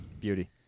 Beauty